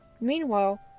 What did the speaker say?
Meanwhile